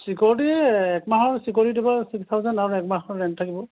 security একমাহৰ security দিব six thousand আৰু এক মাহৰ ৰেণ্ট থাকিব